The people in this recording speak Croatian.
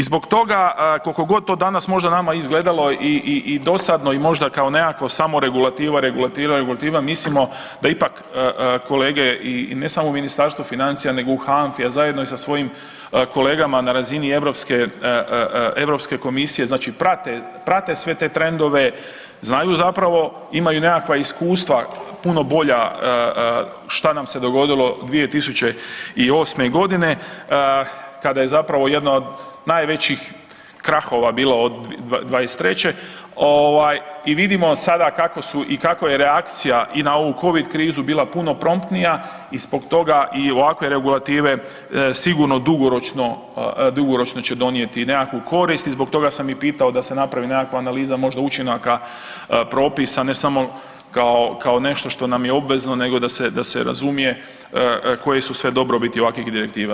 I zbog toga, koliko god to danas možda nama izgledalo i dosadno i možda kao nekakvo samoregulativa, ... mislimo da ipak kolege i ne samo u Ministarstvu financija, nego i u HANFA-i, a zajedno sa svojim kolegama na razini EU komisije, znači prate sve te trendove, znaju zapravo, imaju nekakva iskustva, puno bolja šta nam se dogodilo 2008. g. kada je zapravo jedna od najvećih krahova bila od 23. i vidimo sada i kakva je reakcija i na ovu Covid krizu bila puno promptnija i zbog toga i ovakve regulative sigurno dugoročno će donijeti nekakvu korist i zbog toga sam i pitao da se napravi nekakva analiza možda učinaka propisa, ne samo kao nešto što nam je obvezno nego da se razumije koje su sve dobrobiti ovakvih direktiva.